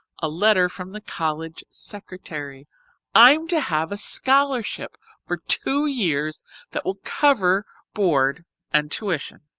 a letter from the college secretary i'm to have a scholarship for two years that will cover board and tuition.